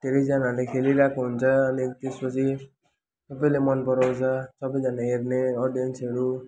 धेरैजनाले खेलिरहेको हुन्छ अहिले त्यसपछि सबैले मन पराउँछ सबैजनाले हेर्ने अडियन्सहरू